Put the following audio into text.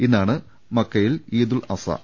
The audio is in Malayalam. ഇന്നാണ് മക്കയിൽ ഈദുൽ അസ്ഹ